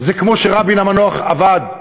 זה כמו שרבין המנוח עבד,